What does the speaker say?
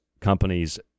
companies